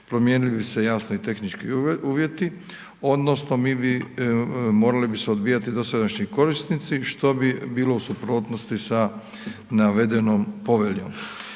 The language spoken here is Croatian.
promijenili bi se jasni i tehnički uvjeti odnosno mi bi, morali bi se odbijati dosadašnji korisnici, što bi bilo u suprotnosti sa navedenom poveljom.